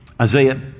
Isaiah